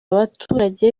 abaturage